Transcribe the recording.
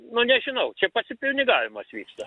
nu nežinau čia pasipinigavimas vyksta